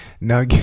Now